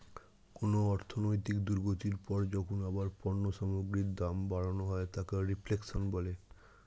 কোনো অর্থনৈতিক দুর্গতির পর যখন আবার পণ্য সামগ্রীর দাম বাড়ানো হয় তাকে রিফ্লেশন বলে